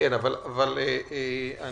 ד"ר האס,